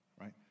right